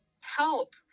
help